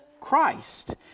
Christ